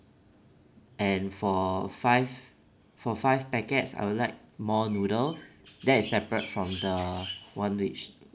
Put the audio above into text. and for five for five packets I would like more noodles that is separate from the one which